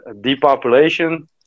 depopulation